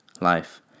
Life